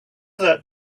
that